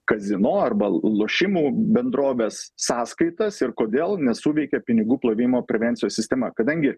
kazino arba lošimų bendrovės sąskaitas ir kodėl nesuveikė pinigų plovimo prevencijos sistema kadangi